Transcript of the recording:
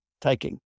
taking